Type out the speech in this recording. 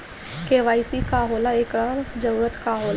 KYC का होला एकर जरूरत का होला?